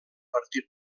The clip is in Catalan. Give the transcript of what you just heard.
partit